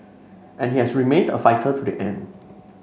and he has remained a fighter to the end